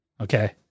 Okay